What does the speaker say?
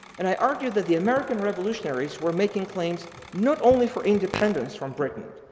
and i argue that the american revolutionaries were making claims not only for independence from britain,